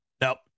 Nope